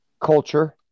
culture